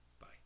Bye